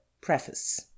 Preface